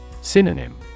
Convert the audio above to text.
Synonym